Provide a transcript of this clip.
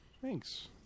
Thanks